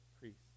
priests